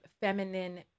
feminine